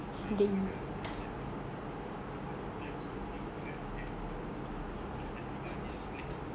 dia orang semua dah dah start dulu it's the mak cik punya fault yang for for starting all this flex